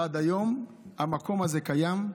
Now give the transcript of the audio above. ועד היום המקום הזה קיים.